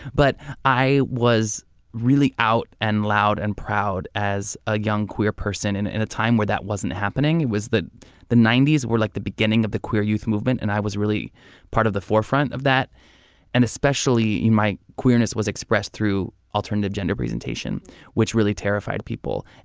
but i was really out and loud and proud as a young queer person in in a time where that wasn't happening was that the ninety s were like the beginning of the queer youth movement and i was really part of the forefront of that and especially my queerness was expressed through alternative gender presentation which really terrified people.